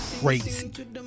crazy